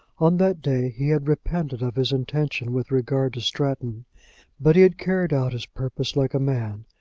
on that day he had repented of his intention with regard to stratton but he had carried out his purpose like a man,